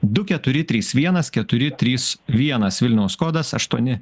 du keturis trys vienas keturi trys vienas vilniaus kodas aštuoni